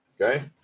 Okay